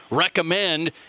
recommend